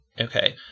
okay